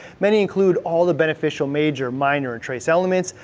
many include all the beneficial major, minor, and trace elements.